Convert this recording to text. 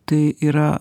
tai yra